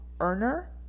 earner